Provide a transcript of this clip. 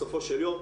בסופו של יום,